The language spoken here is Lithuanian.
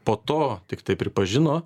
po to tiktai pripažino